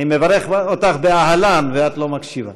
אני מברך אותך באהלן, ואת לא מקשיבה.